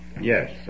Yes